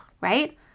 right